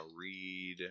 read